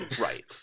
right